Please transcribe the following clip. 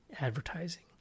advertising